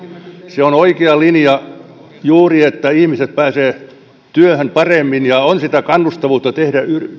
on juuri oikea linja ihmiset pääsevät työhön paremmin ja on sitä kannustavuutta tehdä